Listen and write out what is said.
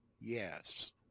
Yes